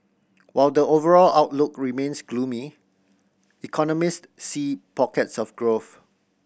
while the overall outlook remains gloomy economist see pockets of growth